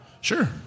Sure